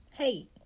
Hey